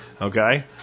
Okay